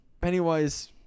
Pennywise